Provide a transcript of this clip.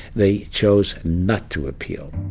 they chose not to appeal